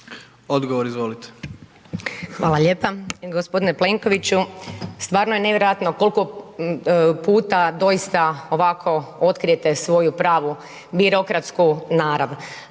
za Hrvatsku)** Hvala lijepa. G. Plenkoviću, stvarno je nevjerojatno koliko puta doista ovako otkrijete svoju pravu birokratsku narav.